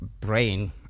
brain